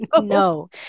No